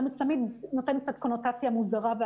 צמיד נותן קצת קונוטציה מוזרה.